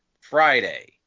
Friday